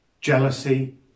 jealousy